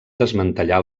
desmantellar